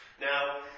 Now